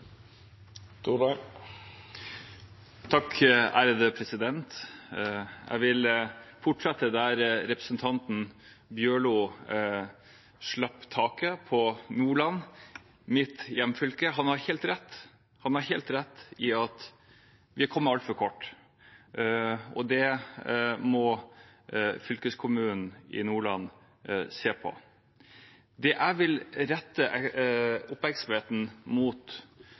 Jeg vil fortsette der representanten Bjørlo slapp taket, i Nordland, mitt hjemfylke. Han har helt rett. Han har helt rett i at vi har kommet altfor kort, og det må fylkeskommunen i Nordland se på. Det jeg vil rette oppmerksomheten mot